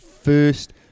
First